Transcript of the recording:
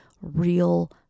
real